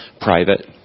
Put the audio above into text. private